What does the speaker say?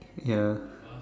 ya